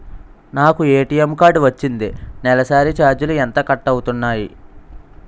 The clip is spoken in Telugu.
నాకు ఏ.టీ.ఎం కార్డ్ వచ్చింది నెలసరి ఛార్జీలు ఎంత కట్ అవ్తున్నాయి?